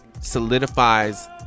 solidifies